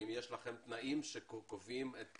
האם יש לכם תנאים שקובעים את